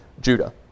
Judah